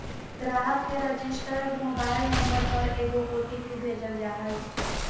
ग्राहक के registered mobile number पर एगो ओ.टी.पी भेजल जा हइ